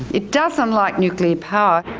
it doesn't like nuclear power.